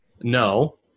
No